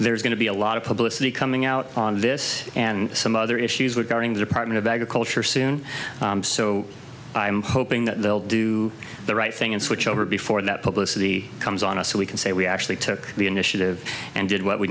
there's going to be a lot of publicity coming out on this and some other issues regarding the department of agriculture soon so i'm hoping that they'll do the right thing and switch over before that publicity comes on us so we can say we actually took the initiative and did what we